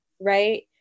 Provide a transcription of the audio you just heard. right